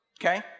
Okay